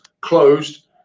closed